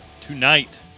Tonight